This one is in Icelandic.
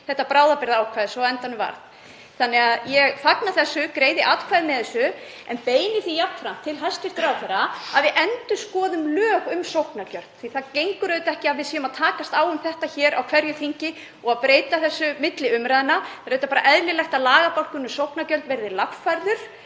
þetta bráðabirgðaákvæði sem svo á endanum varð. Þannig að ég fagna þessu og greiði atkvæði með tillögunni en beini því jafnframt til hæstv. ráðherra að við endurskoðum lög um sóknargjöld því að það gengur auðvitað ekki að við séum að takast á um þetta hér á hverju þingi og breyta milli umræðna. Það er bara eðlilegt að lagabálkurinn um sóknargjöld verði lagfærður